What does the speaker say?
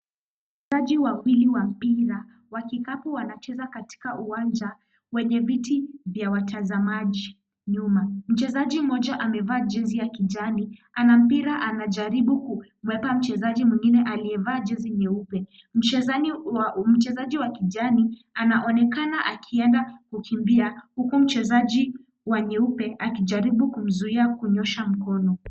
Wachezaji wawili wa mpira wa kikapu wanacheza katika uwanja wenye viti vya watazamaji nyuma. Mchezaji mmoja amevaa jezi ya kijani, ana mpira anajaribu kumwepa mchezaji mwingine aliyevaa jezi nyeupe. Mchezaji wa kijani anaonekana akienda kukimbia huku mchezaji wa nyeupe akijaribu kumzuia kunyosha mkono.